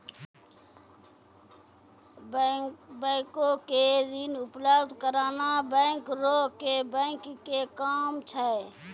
बैंको के ऋण उपलब्ध कराना बैंकरो के बैंक के काम छै